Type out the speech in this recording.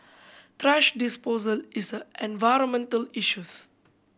thrash disposal is an environmental issues